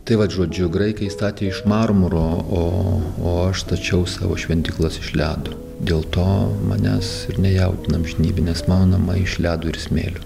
tai vat žodžiu graikai statė iš marmuro o o aš stačiau savo šventyklas iš ledo dėl to manęs ir nejaudina amžinybė nes mano namai iš ledo ir smėlio